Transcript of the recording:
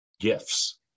gifts